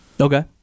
Okay